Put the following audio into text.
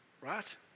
right